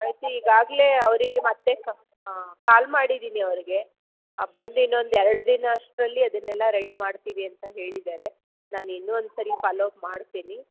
I see ಈಗಾಗಲೇ ಅವರಿಗೆ ಮತ್ತೆ ಕಾ ಕಾಲ್ ಮಾಡಿದ್ದೀನಿ ಅವ್ರಿಗೆ ಆ ಬಂದು ಇನ್ನೊಂದು ಎರ್ಡು ದಿನ ಅಷ್ಟರಲ್ಲಿ ಅದನ್ನೆಲ್ಲ ರೆಡಿ ಮಾಡ್ತೀವಿ ಅಂತ ಹೇಳಿದ್ದಾರೆ ನಾನು ಇನ್ನೂ ಒಂದ್ಸಲ ಫಾಲೋ ಅಪ್ ಮಾಡ್ತೀನಿ